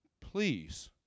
please